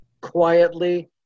quietly